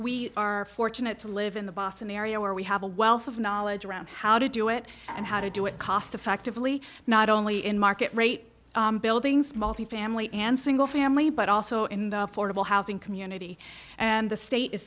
we are fortunate to live in the boston area where we have a wealth of knowledge around how to do it and how to do it cost effectively not only in market rate buildings multifamily and single family but also in the affordable housing community and the state is